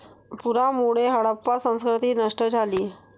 पुरामुळे हडप्पा संस्कृती नष्ट झाली